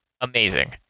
amazing